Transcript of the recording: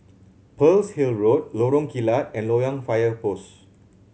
Pearl's Hill Road Lorong Kilat and Loyang Fire Post